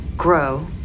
grow